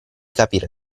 capire